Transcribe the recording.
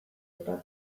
eta